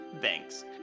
Thanks